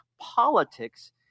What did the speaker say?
politics—